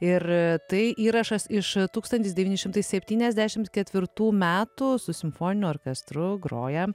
ir tai įrašas iš tūkstantis devyni šimtai septyniasdešimt ketvirtų metų su simfoniniu orkestru groja